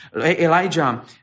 Elijah